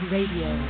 Radio